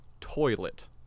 toilet